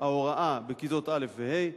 ההוראה בכיתות א' וה'.